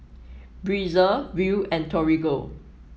Breezer Viu and Torigo